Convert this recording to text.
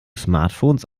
smartphones